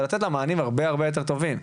ולתת לה מענים הרבה הרבה יותר טובים.